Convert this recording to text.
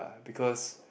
because